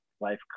life